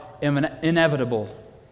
inevitable